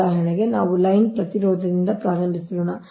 ಉದಾಹರಣೆಗೆ ನಾವು ಲೈನ್ ಪ್ರತಿರೋಧದಿಂದ ಪ್ರಾರಂಭಿಸೋಣ